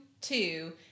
two